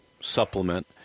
supplement